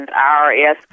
IRS